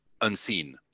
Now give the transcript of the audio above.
unseen